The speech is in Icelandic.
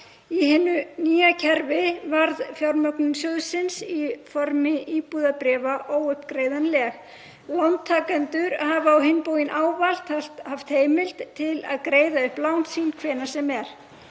Í nýju kerfi varð fjármögnun sjóðsins í formi íbúðabréfa óuppgreiðanleg. Lántakendur hafa á hinn bóginn ávallt haft heimild til að greiða upp lán sín hvenær sem er.